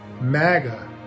MAGA